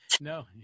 no